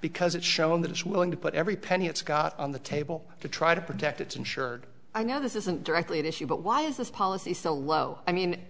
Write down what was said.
because it's shown that it's willing to put every penny it's got on the table to try to protect its insured i know this isn't directly an issue but why is this policy so low i mean